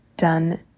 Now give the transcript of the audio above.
done